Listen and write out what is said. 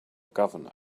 governor